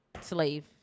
slave